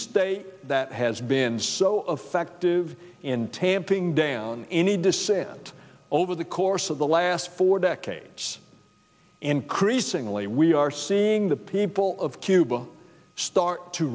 state that has been so effective in taping down any dissent over the course of the last four decades increasingly we are seeing the people of cuba start to